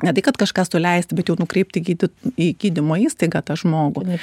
ne tai kad kažką suleisti bet jau nukreipti gydyt į gydymo įstaigą tą žmogų